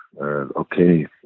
okay